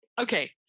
okay